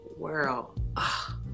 world